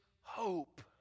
hope